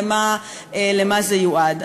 למה זה יועד.